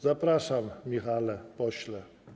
Zapraszam, Michale, pośle.